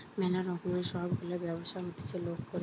ম্যালা রকমের সব গুলা ব্যবসা হতিছে লোক করে